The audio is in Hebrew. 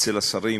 אצל השרים